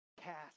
cast